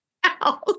house